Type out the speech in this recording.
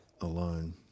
alone